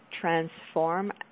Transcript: transform